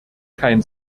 kein